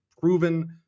proven